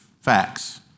facts